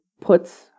puts